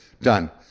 done